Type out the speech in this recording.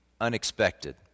unexpected